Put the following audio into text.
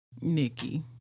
Nikki